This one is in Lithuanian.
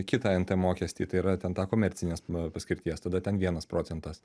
kitą nt mokestį tai yra ten tą komercinės paskirties tada ten vienas procentas